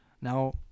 Now